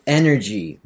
energy